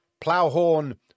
Ploughhorn